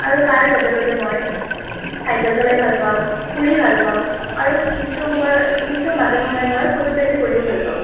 আৰু তাৰ লগে লগে মই চাইকেল চলাই ভাল পাওঁ ফুৰি ভাল পাওঁ আৰু কিছু সময়ত কিছু মাজে সময়ে মই ফটোগ্ৰাফি কৰিও ভাল পাওঁ